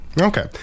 Okay